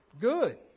Good